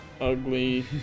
ugly